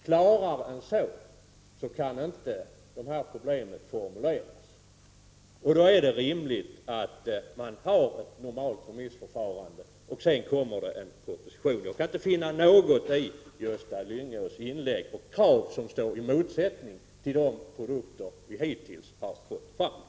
Klarare än så kan knappast de här problemen formuleras, och då är det rimligt att ha ett normalt remissförfarande, som sedan följs av en proposition. Jag kan inte finna något i Gösta Lyngås krav som står i motsättning till de krav vi hittills har fört fram.